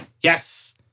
Yes